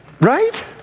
Right